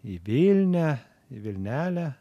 į vilnią į vilnelę